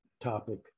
topic